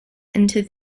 into